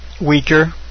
weaker